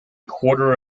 quarter